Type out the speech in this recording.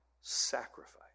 Sacrifice